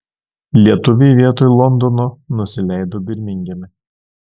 lietuviai vietoj londono nusileido birmingeme